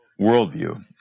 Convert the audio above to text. worldview